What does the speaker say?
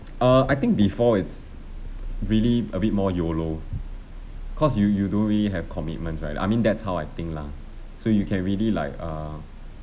err I think before it's really a bit more YOLO cause you you do we have commitments right I mean that's how I think lah so you can really like err